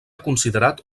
considerat